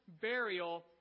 Burial